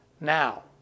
now